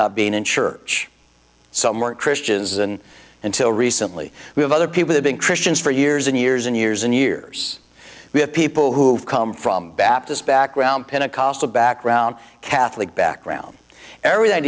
not being in church some were christians and until recently we have other people have been christians for years and years and years and years we have people who've come from baptists background pentecostal background catholic background e